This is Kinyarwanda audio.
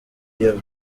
iyo